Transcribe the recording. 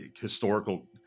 Historical